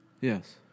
Yes